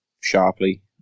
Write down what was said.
sharply